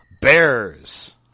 bears